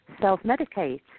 self-medicate